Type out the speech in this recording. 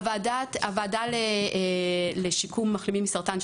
הוועדה לשיקום מחלימים מסרטן,